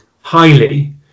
highly